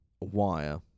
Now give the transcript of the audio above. wire